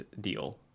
deal